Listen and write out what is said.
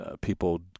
people